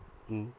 mmhmm